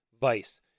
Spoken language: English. vice